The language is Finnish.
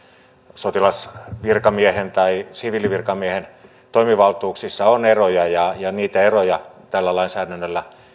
sotilasvirkamiehen tai siviilivirkamiehen toimivaltuuksissa on eroja ja ja niitä eroja tällä lainsäädännöllä